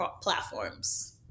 platforms